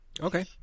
Okay